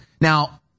Now